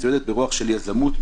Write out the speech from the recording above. מצוידת ברוח של יזמות,